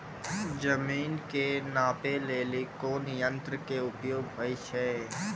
जमीन के नापै लेली कोन यंत्र के उपयोग होय छै?